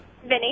Vinny